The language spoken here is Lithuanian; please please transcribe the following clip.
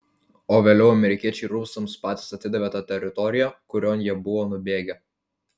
o vėliau amerikiečiai rusams patys atidavė tą teritoriją kurion jie buvo nubėgę